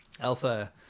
Alpha